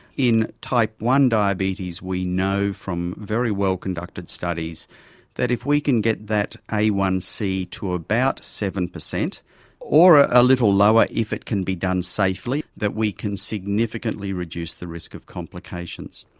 in type i diabetes we know from very well conducted studies that if we can get that a one c to about seven percent or ah a little lower if it can be done safely, that we can significantly reduce the risk of complications.